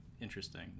interesting